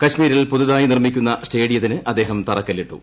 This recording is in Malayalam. കശ്മീരിൽ പുതുതായി നിർമ്മിക്കുന്ന സ്റ്റേഡിയത്തിന് അദ്ദേഹം തറക്കില്ലിട്ടു